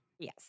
Yes